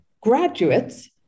graduates